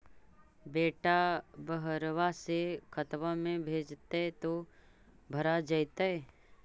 बेटा बहरबा से खतबा में भेजते तो भरा जैतय?